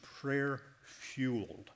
prayer-fueled